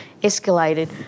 escalated